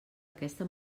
aquesta